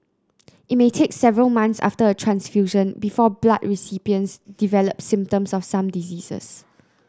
it may take several months after a transfusion before blood recipients develop symptoms of some diseases